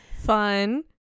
Fun